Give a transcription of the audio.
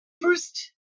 first